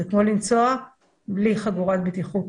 זה כמו לנסוע בלי חגורת בטיחות,